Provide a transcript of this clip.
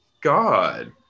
god